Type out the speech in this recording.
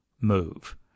move